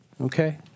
okay